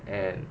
and